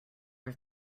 have